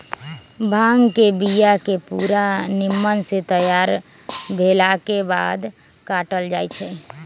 भांग के बिया के पूरा निम्मन से तैयार भेलाके बाद काटल जाइ छै